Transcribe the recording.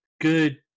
good